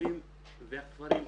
היישובים והכפרים אצלנו.